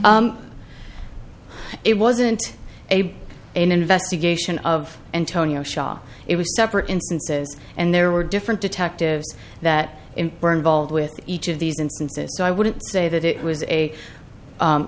it wasn't a an investigation of antonio shah it was separate instances and there were different detectives that in berne vald with each of these instances so i wouldn't say that it was a